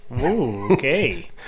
Okay